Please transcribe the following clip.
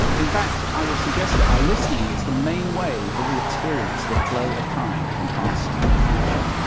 in fact, i would suggest that our listening is the main way that we experience the flow of time from past to future.